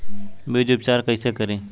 बीज उपचार कईसे करी?